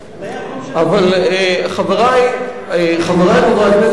חברי חברי הכנסת,